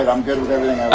but i'm good with everything